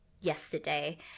yesterday